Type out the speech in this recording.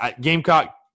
Gamecock